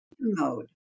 mode